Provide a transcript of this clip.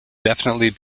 definitely